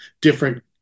different